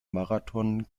marathon